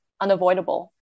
unavoidable